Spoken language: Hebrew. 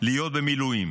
להיות במילואים,